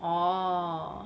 oh